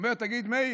הוא אומר, תגיד, מאיר,